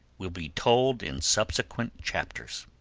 will be told in subsequent chapters.